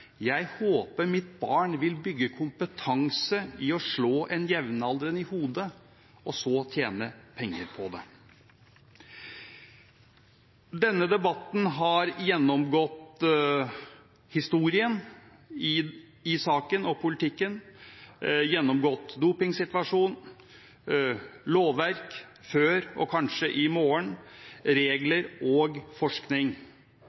Jeg håper mitt barn vil bygge kompetanse i å slå en jevnaldrende i hodet og så tjene penger på det. Denne debatten har gjennomgått historien i saken og politikken, gjennomgått dopingsituasjonen, lovverk før, og kanskje i morgen,